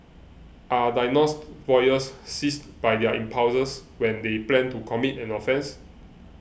are diagnosed voyeurs seized by their impulses when they plan to commit an offence